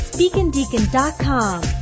DeaconDeacon.com